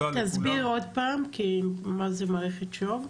-- תסביר עוד פעם מה זה מערכת שו"ב?